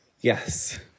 Yes